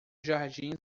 jardim